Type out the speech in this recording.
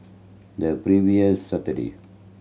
the previous Saturday